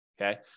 Okay